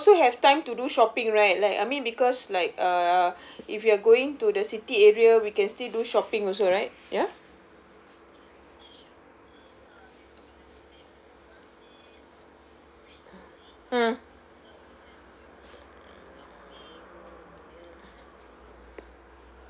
so we will also have time to do shopping right like I mean because like uh if we're going to the city area we can still do shopping also right ya mm